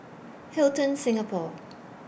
Hilton Singapore